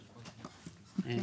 בסדר?